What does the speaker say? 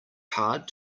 hard